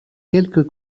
quelques